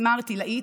בסיסמה ערטילאית,